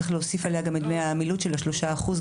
צריך להוסיף גם את דמי העמילות של השלושה אחוז,